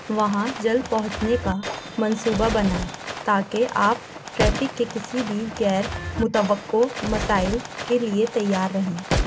وہاں جلد پہنچنے کا منصوبہ بنائیں تاکہ آپ ٹریفک کے کسی بھی غیر متوقع مسائل کے لیے تیار رہیں